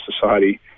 society